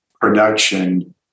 production